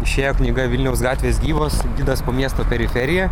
išėjo knyga vilniaus gatvės gyvos gidas po miesto periferiją